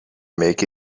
make